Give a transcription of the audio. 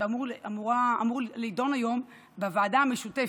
שאמורה להיות נדונה היום בוועדה המשותפת,